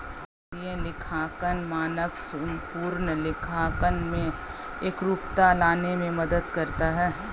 भारतीय लेखांकन मानक संपूर्ण लेखांकन में एकरूपता लाने में मदद करता है